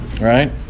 Right